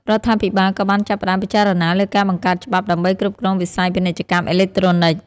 រដ្ឋាភិបាលក៏បានចាប់ផ្តើមពិចារណាលើការបង្កើតច្បាប់ដើម្បីគ្រប់គ្រងវិស័យពាណិជ្ជកម្មអេឡិចត្រូនិក។